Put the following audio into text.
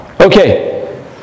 okay